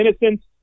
innocence